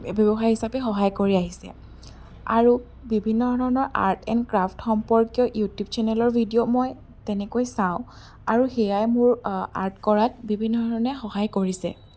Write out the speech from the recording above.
ব্যৱসায়ী হিচাপে সহায় কৰি আহিছে আৰু বিভিন্ন ধৰণৰ আৰ্ট এণ্ড ক্ৰাফট সম্পৰ্কীয় ইউটিউব চেনেলৰ ভিডিঅ' মই তেনেকৈ চাওঁ আৰু সেয়াই মোৰ আৰ্ট কৰাত বিভিন্ন ধৰণে সহায় কৰিছে